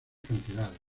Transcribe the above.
cantidades